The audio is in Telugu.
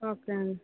ఓకే అండి